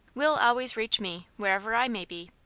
will always reach me, wherever i may be.